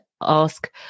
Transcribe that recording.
ask